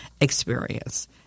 experience